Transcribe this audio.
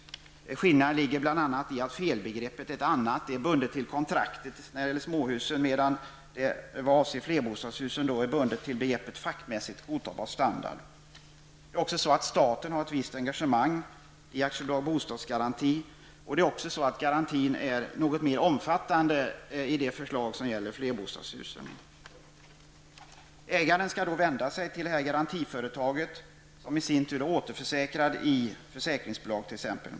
En skillnad är att det här handlar om ett annat felbegrepp. Detta är nämligen bundet till kontraktet när det gäller småhusen, medan det avseende flerbostadshusen är bundet till begreppet fackmässigt godtagbar standard. Staten har också ett visst engagemang i AB Bostadsgaranti. Vidare är garantin något mera omfattande i det förslag som gäller flerbostadshusen. Ägaren skall vända sig till garantiföretaget, som i sin tur är återförsäkrat i t.ex. försäkringsbolag.